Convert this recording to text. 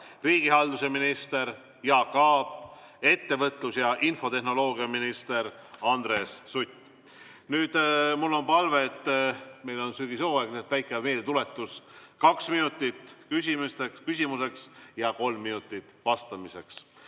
riigihalduse minister Jaak Aab ning ettevõtlus‑ ja infotehnoloogiaminister Andres Sutt. Mul on palve. Meil on sügishooaeg ja väike meeldetuletus: kaks minutit küsimiseks ja kolm minutit vastamiseks.